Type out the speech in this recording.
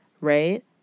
right